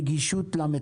בלב